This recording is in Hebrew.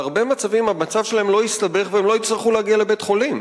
בהרבה מקרים המצב שלהם לא יסתבך והם לא יצטרכו להגיע לבית-חולים.